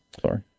sorry